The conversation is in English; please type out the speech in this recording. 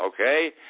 okay